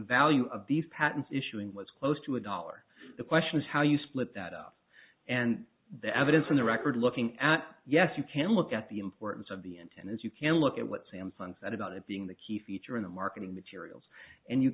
value of these patents issuing was close to a dollar the question is how you split that up and the evidence in the record looking at yes you can look at the importance of the intent as you can look at what samsung said about it being the key feature in the marketing materials and you